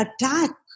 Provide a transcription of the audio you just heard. attack